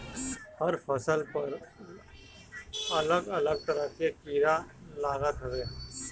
हर फसल पर अलग अलग तरह के कीड़ा लागत हवे